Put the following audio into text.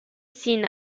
seen